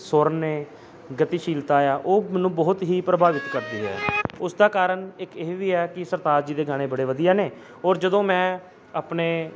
ਸੁਰ ਨੇ ਗਤੀਸ਼ੀਲਤਾ ਆ ਉਹ ਮੈਨੂੰ ਬਹੁਤ ਹੀ ਪ੍ਰਭਾਵਿਤ ਕਰਦੀ ਹੈ ਉਸ ਦਾ ਕਾਰਨ ਇੱਕ ਇਹ ਵੀ ਹੈ ਕਿ ਸਰਤਾਜ ਜੀ ਦੇ ਗਾਣੇ ਬੜੇ ਵਧੀਆ ਨੇ ਔਰ ਜਦੋਂ ਮੈਂ ਆਪਣੇ